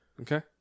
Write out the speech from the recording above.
Okay